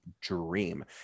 dream